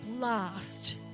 last